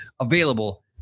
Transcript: available